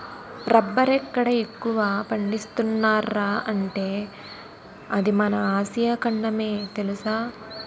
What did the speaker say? రబ్బరెక్కడ ఎక్కువ పండిస్తున్నార్రా అంటే అది మన ఆసియా ఖండమే తెలుసా?